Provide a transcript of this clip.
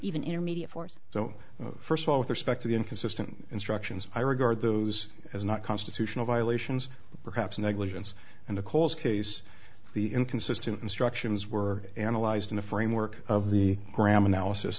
even intermediate force so first of all with respect to the inconsistent instructions i regard those as not constitutional violations perhaps negligence and of course case the inconsistent instructions were analyzed in the framework of the graham analysis